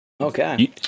Okay